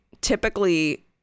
typically